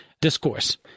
discourse